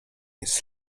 jest